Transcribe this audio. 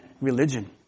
religion